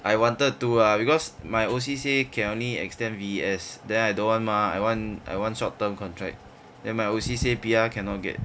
I wanted to ah because my O_C say can only extend V_E_S then I don't want mah I want I want short term contract then my O_C say P_R cannot get